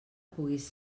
puguis